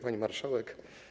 Pani Marszałek!